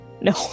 No